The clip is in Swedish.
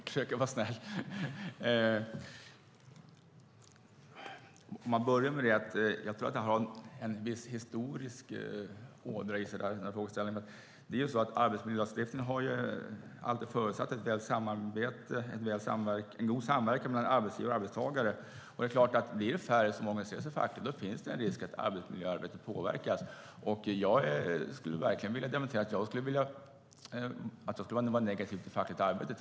Fru talman! Jag ska försöka vara snäll. Jag tror att den här frågeställningen har en viss historisk ådra i sig. Arbetsmiljölagstiftningen har alltid förutsatt en god samverkan mellan arbetsgivare och arbetstagare, och det är klart att det om det blir färre som organiserar sig i facket finns en risk att arbetsmiljöarbetet påverkas. Jag skulle verkligen vilja dementera att jag skulle vara negativ till fackligt arbete.